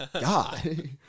God